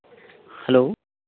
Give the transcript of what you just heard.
hello